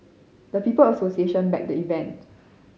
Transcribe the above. the People Association backed the event